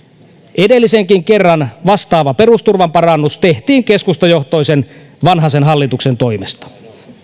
edellisenkin kerran vastaava perusturvan parannus tehtiin keskustajohtoisen vanhasen hallituksen toimesta